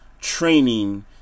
training